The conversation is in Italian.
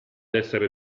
essere